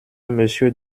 monsieur